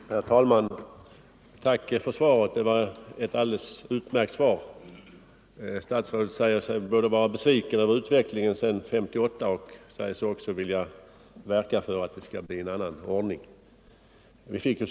Herr talman! Tack för svaret. Det var ett alldeles utmärkt svar. Statsrådet säger sig både vara besviken över utvecklingen sedan 1958 och villig att verka för att det skall bli en annan ordning i det nu aktuella avseendet.